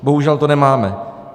Bohužel to nemáme.